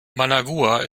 managua